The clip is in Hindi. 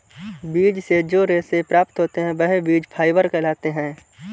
बीज से जो रेशे से प्राप्त होते हैं वह बीज फाइबर कहलाते हैं